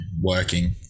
working